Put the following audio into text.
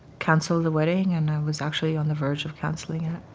canceled the wedding. and i was actually on the verge of canceling it.